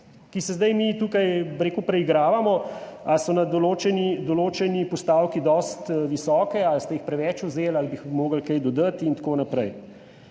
ki jih zdaj tukaj preigravamo, ali so na določeni postavki dovolj visoke, ali ste jih preveč vzeli, ali bi morali kaj dodati in tako naprej.